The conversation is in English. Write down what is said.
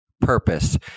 purpose